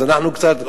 אז אנחנו קצת,